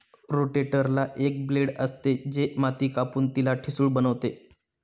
रोटेटरला एक ब्लेड असते, जे माती कापून तिला ठिसूळ बनवते